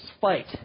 fight